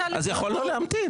אז יכולנו להמתין.